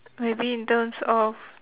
maybe in terms of